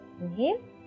inhale